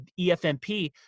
EFMP